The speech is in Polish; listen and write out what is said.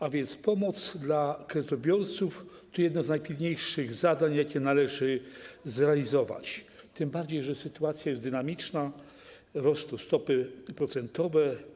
A więc pomoc dla kredytobiorców to jedno z najpilniejszych zadań, jakie należy zrealizować, tym bardziej że sytuacja jest dynamiczna, rosną stopy procentowe.